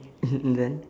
and then